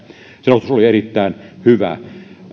selostus oli erittäin hyvä